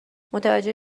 متوجه